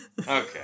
okay